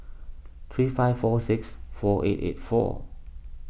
three five four six four eight eight four